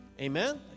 Amen